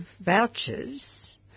vouchers